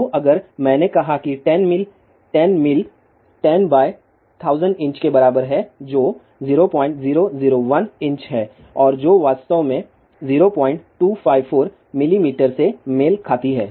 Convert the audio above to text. तो अगर मैंने कहा 10 मिल 10 मील 10 बाय 1000 इंच के बराबर है जो 0001 इंच है और जो वास्तव में 0254 मिलीमीटर से मेल खाती है